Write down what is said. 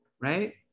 right